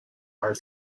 are